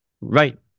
Right